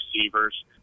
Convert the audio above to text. receivers